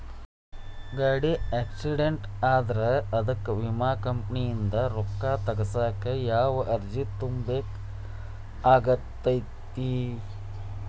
ಗಾಡಿ ಆಕ್ಸಿಡೆಂಟ್ ಆದ್ರ ಅದಕ ವಿಮಾ ಕಂಪನಿಯಿಂದ್ ರೊಕ್ಕಾ ತಗಸಾಕ್ ಯಾವ ಅರ್ಜಿ ತುಂಬೇಕ ಆಗತೈತಿ?